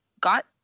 got